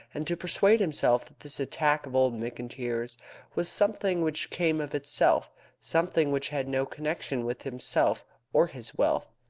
and to persuade himself that this attack of old mcintyre's was something which came of itself something which had no connection with himself or his wealth.